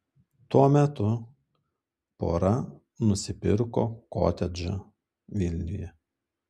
tuo metu pora nusipirko kotedžą vilniuje